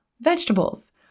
vegetables